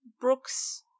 Brooks